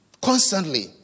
Constantly